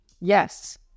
yes